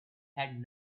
had